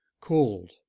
called